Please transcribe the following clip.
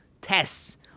tests